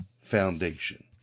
foundation